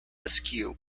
askew